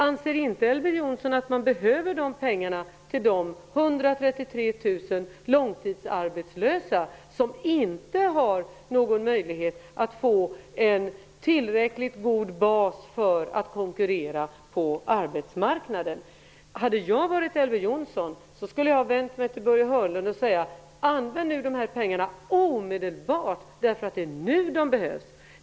Anser inte Elver Jonsson att man behöver pengarna till de 133 000 långtidsarbetslösa som inte har någon möjlighet att få en tillräckligt god bas för att konkurrera på arbetsmarknaden? Hade jag varit Elver Jonsson, skulle jag ha vänt mig till Börje Hörnlund och sagt: Använd nu dessa pengar omedelbart! Det är nu de behövs.